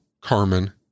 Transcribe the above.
Carmen